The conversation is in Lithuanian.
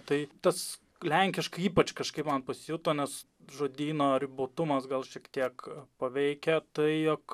tai tas lenkiškai ypač kažkaip man pasijuto nes žodyno ribotumas gal šiek tiek paveikia tai jog